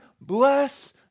bless